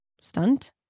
stunt